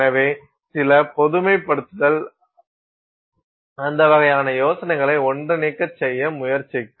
எனவே சில பொதுமைப்படுத்தல் அந்த வகையான யோசனைகளை ஒன்றிணைக்க செய்ய முயற்சிக்கும்